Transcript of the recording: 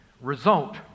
result